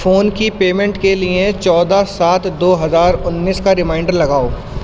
phone کی payment کے لیے چودہ سات دو ہزار انیس کا ریمائنڈر لگاؤ